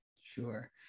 Sure